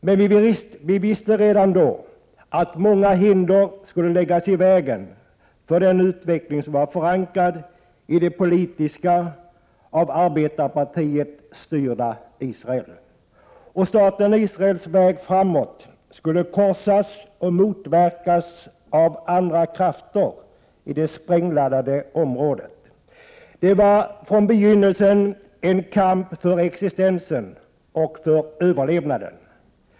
Men vi visste redan då att många hinder skulle läggas i vägen för den utveckling som var förankrad i det politiska, av arbetarpartiet styrda Israel. Staten Israels väg framåt skulle korsas och motverkas av andra krafter i det sprängladdade området. Det var från begynnelsen en kamp för existensen och för överlevnaden.